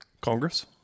Congress